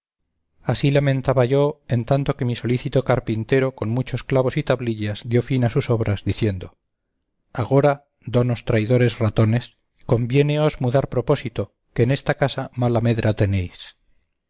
así lamentaba yo en tanto que mi solícito carpintero con muchos clavos y tablillas dio fin a sus obras diciendo agora donos traidores ratones conviéneos mudar propósito que en esta casa mala medra tenéis